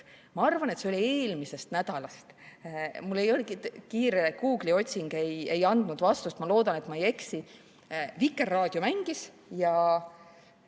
Ma arvan, et see oli eelmisel nädalal. Kiire Google'i otsing ei andnud vastust, ma loodan, et ma ei eksi. Vikerraadio mängis ja